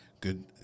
Good